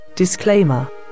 disclaimer